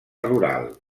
rural